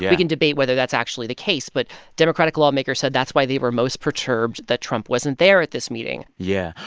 we can debate whether that's actually the case, but democratic lawmakers said that's why they were most perturbed that trump wasn't there at this meeting yeah.